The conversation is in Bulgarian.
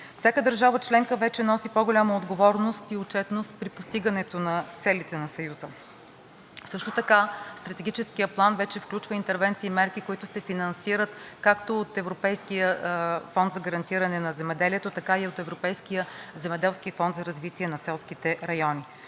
Всяка държава членка вече носи по-голяма отговорност и отчетност при постигането на целите на съюза. Също така Стратегическият план вече включва интервенции и мерки, които се финансират както от Европейския фонд за гарантиране на земеделието, така и от Европейския земеделски фонд за развитие на селските райони.